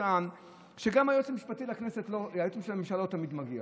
טען שגם היועץ המשפטי לממשלה לא תמיד מגיע,